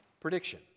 prediction